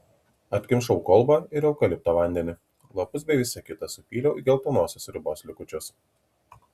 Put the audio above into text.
atkimšau kolbą ir eukalipto vandenį lapus bei visa kita supyliau į geltonosios sriubos likučius